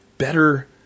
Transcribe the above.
Better